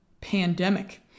pandemic